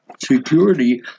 Security